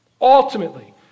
Ultimately